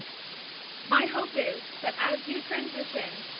my hope is that as you transition,